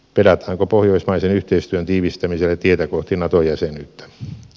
pedataanko pohjoismaisen yhteistyön tiivistämisellä tietä kohti nato jäsenyyttä